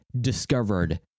discovered